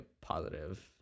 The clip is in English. positive